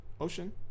Ocean